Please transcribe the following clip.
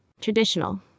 Traditional